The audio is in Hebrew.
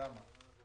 למה?